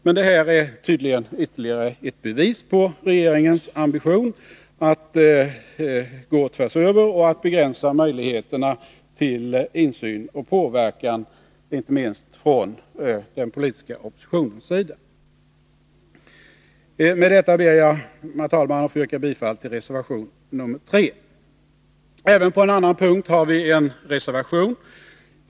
Men det här är tydligen ytterligare ett bevis på regeringens ambition att begränsa möjligheterna till insyn och påverkan, inte minst från den politiska oppositionens sida. Med detta ber jag att få yrka bifall till reservation nr 3. Även på en annan punkt har vi en reservation.